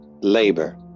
labor